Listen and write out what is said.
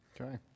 Okay